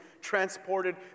transported